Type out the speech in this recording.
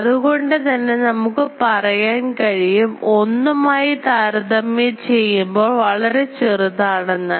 അതുകൊണ്ടുതന്നെ നമുക്ക് പറയാൻ കഴിയും ഒന്നും ആയി താരതമ്യം ചെയ്യുമ്പോൾ വളരെ ചെറുതാണെന്ന്